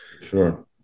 Sure